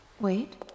Wait